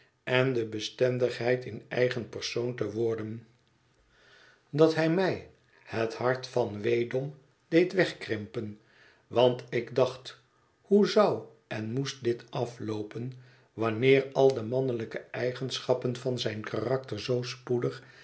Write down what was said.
en de bestendigheid in eigen persoon te worden dat hij mij het hart van weedom deed wegkrimpen want ik dacht hoe zou en moest dit afloopen wanneer al de mannelijke eigenschappen van zijn karakter zoo spoedig